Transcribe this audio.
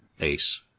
Ace